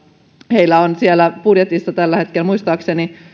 heillä on siellä budjetissa tällä hetkellä muistaakseni